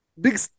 big